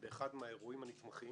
אחד האירועים הנתמכים.